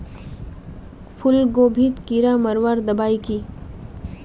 फूलगोभीत कीड़ा मारवार दबाई की?